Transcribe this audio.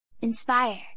Inspire